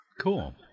Cool